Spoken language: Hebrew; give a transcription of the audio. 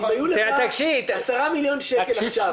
אם היו לך 10 מיליון שקלים עכשיו,